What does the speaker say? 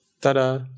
Ta-da